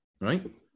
right